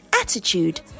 attitude